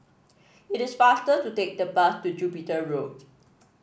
it is faster to take the bus to Jupiter Road